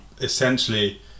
essentially